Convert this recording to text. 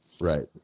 right